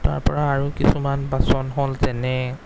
তাৰপৰা আৰু কিছুমান বাচন হ'ল যেনে